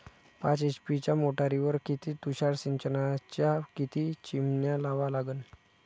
पाच एच.पी च्या मोटारीवर किती तुषार सिंचनाच्या किती चिमन्या लावा लागन?